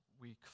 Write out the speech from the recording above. week